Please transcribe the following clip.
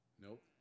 Nope